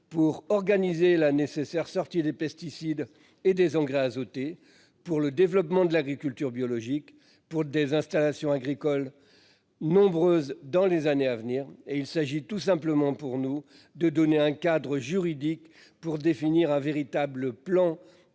pour organiser la nécessaire sortie des pesticides et des engrais azotés pour le développement de l'agriculture biologique pour des installations agricoles nombreuses dans les années à venir et il s'agit tout simplement pour nous de donner un cadre juridique pour définir un véritable plan